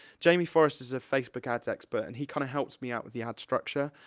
jamie forest is a facebook ads expert and he kinda helps me out with the ad structure.